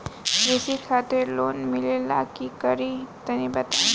कृषि खातिर लोन मिले ला का करि तनि बताई?